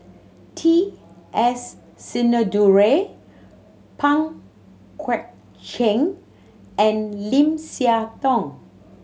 T S Sinnathuray Pang Guek Cheng and Lim Siah Tong